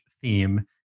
theme